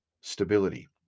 stability